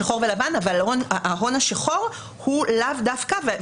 כן, שחור ולבן, אבל ההון השחור הוא לאו דווקא.